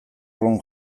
room